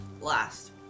last